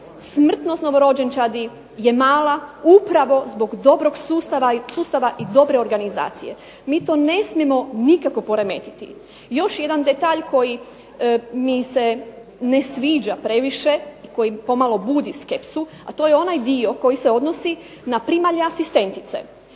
smrtnost novorođenčadi je mala upravo zbog dobrog sustava i dobre organizacije. Mi to ne smijemo nikako poremetiti. Još jedan detalj koji mi se ne sviđa previše, koji pomalo budi skepsu, a to je onaj dio koji se odnosi na primalje asistentice.